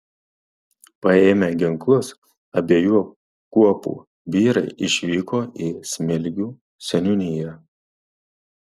paėmę ginklus abiejų kuopų vyrai išvyko į smilgių seniūniją